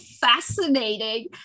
fascinating